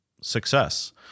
success